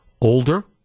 older